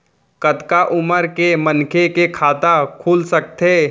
कतका उमर के मनखे के खाता खुल सकथे?